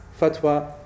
fatwa